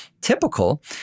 typical